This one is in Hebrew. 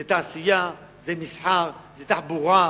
זה תעשייה, זה מסחר, זה תחבורה,